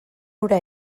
hura